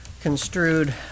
construed